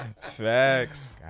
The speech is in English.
Facts